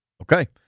Okay